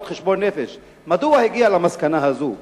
חשבון נפש מדוע הוא הגיע למסקנה הזאת.